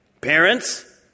Parents